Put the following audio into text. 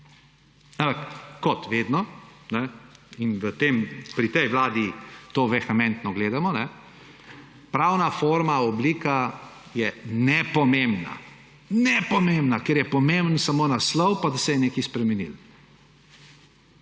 kot vedno – in pri tej vladi to vehementno gledamo – pravna forma, oblika je nepomembna. Nepomembna, ker je pomemben samo naslov pa da se je nekaj spremenilo.